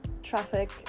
traffic